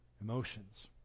emotions